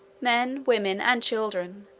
men, women, and children,